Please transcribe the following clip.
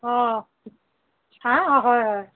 অঁ হা অঁ হয় হয়